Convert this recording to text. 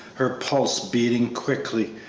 her pulse beating quickly.